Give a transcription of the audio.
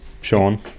sean